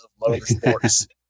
motorsports